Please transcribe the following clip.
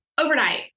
overnight